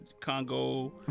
Congo